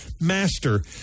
Master